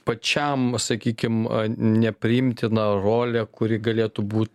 pačiam a sakykim a nepriimtina rolė kuri galėtų būti